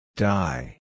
Die